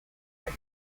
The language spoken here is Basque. bai